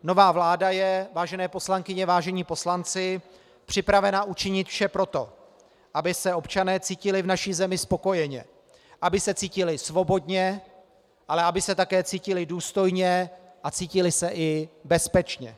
Nová vláda je, vážené poslankyně, vážení poslanci, připravena učinit vše pro to, aby se občané cítili v naší zemi spokojeně, aby se cítili svobodně, ale aby se také cítili důstojně a cítili se i bezpečně.